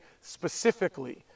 specifically